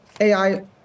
AI